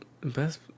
best